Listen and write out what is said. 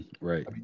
right